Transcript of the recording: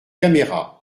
caméras